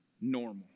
normal